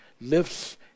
lifts